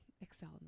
excel